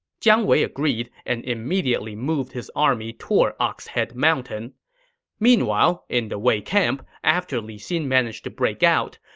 jiang wei agreed and immediately moved his army toward ox head mountain meanwhile, in the wei camp, after li xin managed to break out,